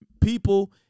people